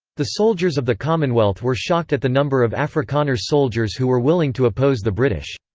the soldiers of the commonwealth were shocked at the number of afrikaner soldiers who were willing to oppose the british.